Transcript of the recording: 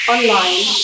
Online